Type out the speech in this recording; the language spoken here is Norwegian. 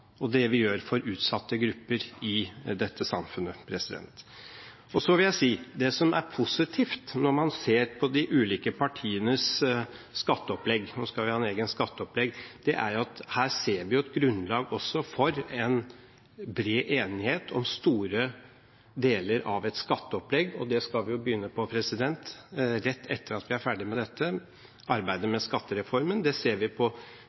både det vi gjør på skatt, og det vi gjør for utsatte grupper i dette samfunnet. Det som er positivt, når man ser på de ulike partienes skatteopplegg – nå skal vi ha et eget skatteopplegg – er at vi ser et grunnlag for en bred enighet om store deler av et skatteopplegg, og vi skal jo begynne arbeidet med en skattereform rett etter at vi er ferdig med dette. Det ser vi på